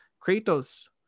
Kratos